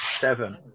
Seven